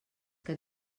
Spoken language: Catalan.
que